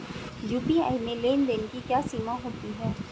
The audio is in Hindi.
यू.पी.आई में लेन देन की क्या सीमा होती है?